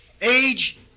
age